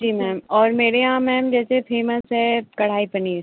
जी ma'am और मेरे यहाँ मैम जैसे फेमस है कढ़ाई पनीर